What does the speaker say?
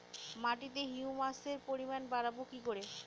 মাটিতে হিউমাসের পরিমাণ বারবো কি করে?